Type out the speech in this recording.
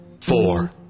four